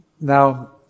Now